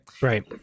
right